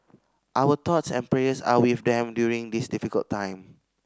our thoughts and prayers are with them during this difficult time